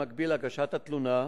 במקביל להגשת התלונה,